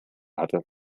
hatte